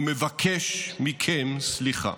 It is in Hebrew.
ומבקש מכם סליחה.